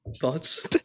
thoughts